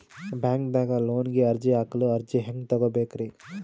ಬ್ಯಾಂಕ್ದಾಗ ಲೋನ್ ಗೆ ಅರ್ಜಿ ಹಾಕಲು ಅರ್ಜಿ ಹೆಂಗ್ ತಗೊಬೇಕ್ರಿ?